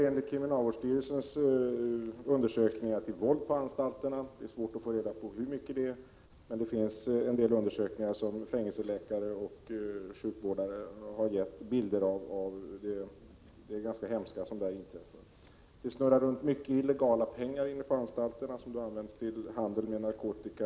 Enligt kriminalvårdsstyrelsens undersökningar leder detta till våld på anstalterna. Det är svårt att få reda på hur mycket våld det är fråga om, men det finns en del undersökningar gjorda av fängelseläkare och sjukvårdare som ger en bild av detta våld. Det som inträffar är ganska hemskt. Det snurrar runt en stor mängd pengar inne på anstalterna som används till handel med narkotika.